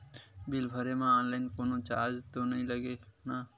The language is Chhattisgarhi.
बिल भरे मा ऑनलाइन कोनो चार्ज तो नई लागे ना?